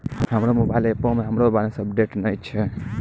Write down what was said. हमरो मोबाइल एपो मे हमरो बैलेंस अपडेट नै छै